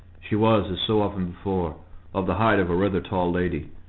she was, as so often before, of the height of a rather tall lady.